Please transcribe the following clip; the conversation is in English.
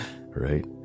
right